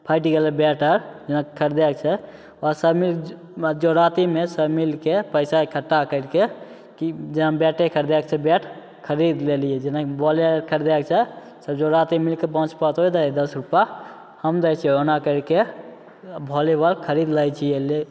फाटि गेलै बैट आओर जेना खरिदैके छै ओकरा सभ मिलिके जोड़ातिमे सभ मिलिके पइसा इकठ्ठा करिके कि जेना बैटे खरिदैके छै बैट खरिद लेलिए जेना बॉले खरिदैके छै सभ जोड़ातिमे मिलिके पाँच पाँच तोँ दही दस रुपा हम दै छिऔ एना करिके वालीबॉल खरिद लै छिए